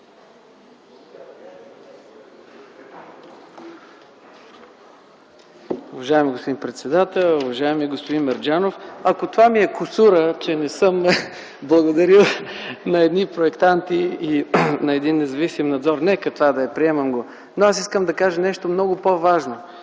Уважаеми господин председател, уважаеми господин Мерджанов! Ако това ми е кусура, че не съм благодарил на едни проектанти и на един независим надзор, нека това да е! Приемам го. Но аз искам да кажа нещо много по-важно.